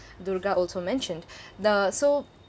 dhurga also mentioned the so